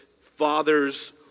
father's